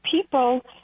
people